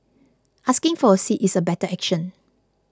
asking for a seat is a better action